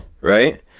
right